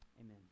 Amen